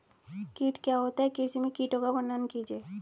कीट क्या होता है कृषि में कीटों का वर्णन कीजिए?